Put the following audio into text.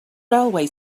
railway